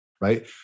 Right